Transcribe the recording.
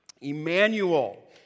Emmanuel